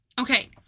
Okay